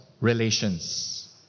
relations